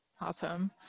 Awesome